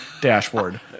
dashboard